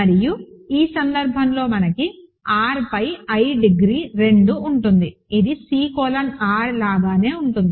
మరియు ఈ సందర్భంలో మనకు R పై i డిగ్రీ 2 ఉంటుంది ఇది C కోలన్ R లాగానే ఉంటుంది